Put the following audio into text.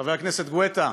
חבר הכנסת גואטה,